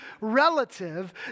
relative